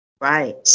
Right